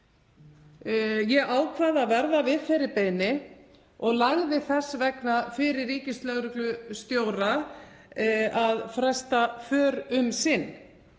Ég ákvað að verða við þeirri beiðni og lagði þess vegna fyrir ríkislögreglustjóra að fresta för um sinn.